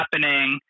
happening